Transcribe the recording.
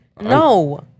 No